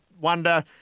wonder